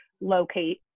locate